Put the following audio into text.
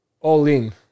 all-in